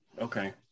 Okay